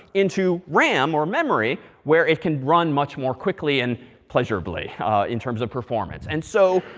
into ram or memory, where it can run much more quickly and pleasurably in terms of performance. and so,